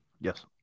Yes